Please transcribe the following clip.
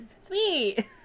Sweet